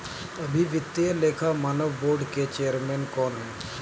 अभी वित्तीय लेखा मानक बोर्ड के चेयरपर्सन कौन हैं?